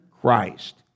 Christ